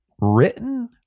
written